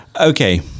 Okay